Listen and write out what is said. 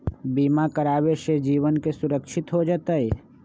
बीमा करावे से जीवन के सुरक्षित हो जतई?